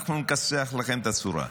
אנחנו נכסח לכם את הצורה.